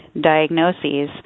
diagnoses